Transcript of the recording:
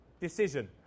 Decision